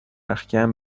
رختکن